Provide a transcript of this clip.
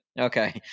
Okay